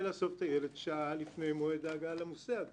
לאסוף את הילד שעה לפני מועד ההגעה למוסד.